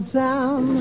town